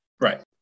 Right